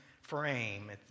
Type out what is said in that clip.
frame